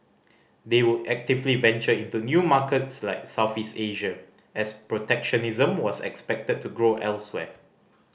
they would actively venture into new markets like Southeast Asia as protectionism was expected to grow elsewhere